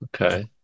Okay